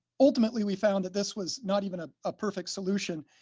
ultimately we found that this was not even a ah perfect solution.